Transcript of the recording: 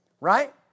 Right